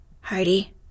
Heidi